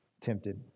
tempted